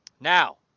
Now